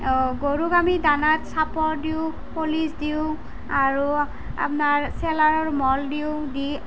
অঁ গৰুক আমি দানাত চাপৰ দিওঁ ফলিচ দিওঁ আৰু আপোনাৰ চেলাৰৰ মল দিওঁ দি